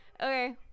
Okay